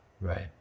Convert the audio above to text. Right